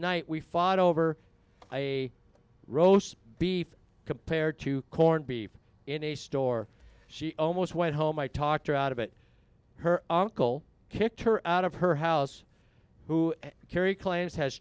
night we fought over a roast beef compared to corned beef in a store she almost went home i talked her out of it her oncle kicked her out of her house who kerry claims has